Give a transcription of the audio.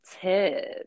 tips